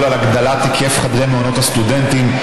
על הגדלת היקף חדרי מעונות הסטודנטים.